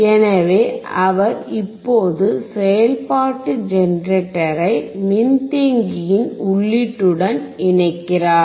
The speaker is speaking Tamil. எனவே அவர் இப்போது செயல்பாட்டு ஜெனரேட்டரை மின்தேக்கியின் உள்ளீட்டுடன் இணைக்கிறார்